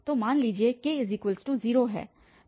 तो मान लीजिए k0 है